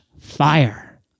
fire